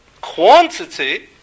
quantity